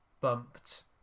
bumped